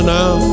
now